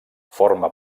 forma